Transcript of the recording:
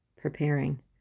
preparing